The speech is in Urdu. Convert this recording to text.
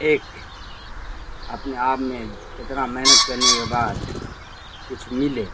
ایک اپنے آپ میں اتنا محنت کرنے کے بعد کچھ ملے